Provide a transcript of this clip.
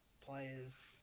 players